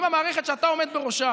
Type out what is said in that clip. אם המערכת שאתה עומד בראשה